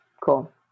cool